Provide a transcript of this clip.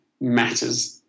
matters